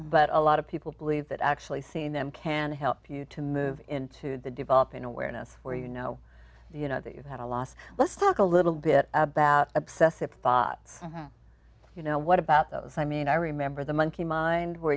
but a lot of people believe that actually seeing them can help you to move into the developing awareness where you know you know that you had a loss let's talk a little bit about obsessive thoughts you know what about those i mean i remember the monkey mind where